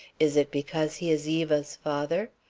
is it because he is eva's father?